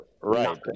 Right